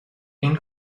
این